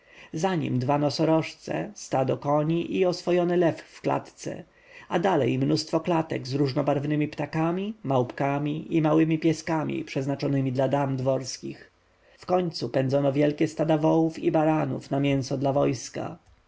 za nim dwa nosorożce stado koni i oswojony lew w klatce a dalej mnóstwo klatek z różnobarwnemi ptakami małpkami i małemi pieskami przeznaczonemi dla dam dworskich wkońcu pędzono wielkie stada wołów i baranów na mięso dla wojska